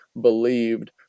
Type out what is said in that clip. believed